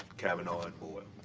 cavanaugh, and boyle.